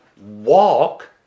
walk